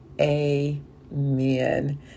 amen